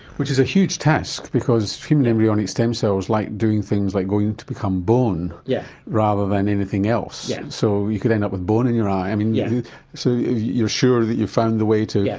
which is a huge task because human embryonic stem cells like doing things like going to become bone yeah rather than anything else, yeah so you could end up with bone in your eye. yeah so you're sure that you found the way to? yes,